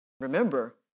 Remember